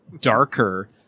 darker